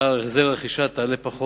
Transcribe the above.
לאחר החזר הרכישה, תעלה פחות,